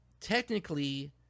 technically